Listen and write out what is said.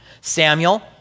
Samuel